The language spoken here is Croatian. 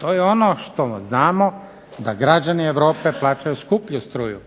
To je ono što znamo da građani Europe plaćaju skuplju struju,